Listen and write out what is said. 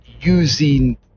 using